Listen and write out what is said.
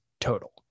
total